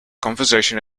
conversation